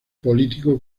político